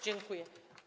Dziękuję.